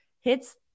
hits